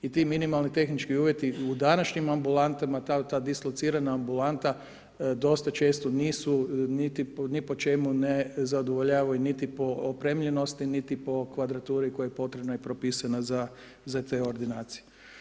I ti minimalni tehnički uvjeti u današnjim ambulantama, ta dislocirana ambulanta dosta često nisu niti po čemu ne zadovoljavaju, niti po opremljenosti, niti po kvadraturi koja je potrebna i propisana za te ordinacije.